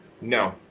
No